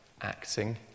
acting